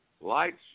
Lights